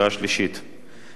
ודאי תשאלו את עצמכם,